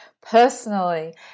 personally